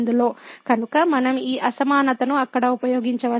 కనుక మనం ఈ అసమానతను అక్కడ ఉపయోగించవచ్చు